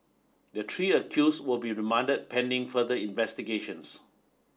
the tree accuse will be remanded pending further investigations